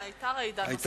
היתה רעידה נוספת ב-14:00.